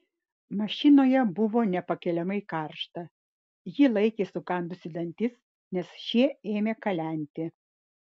mašinoje buvo nepakeliamai karšta ji laikė sukandusi dantis nes šie ėmė kalenti